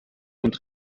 und